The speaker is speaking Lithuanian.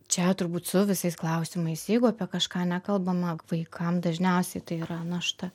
čia turbūt su visais klausimais jeigu apie kažką nekalbama vaikam dažniausiai tai yra našta